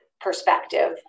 perspective